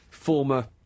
Former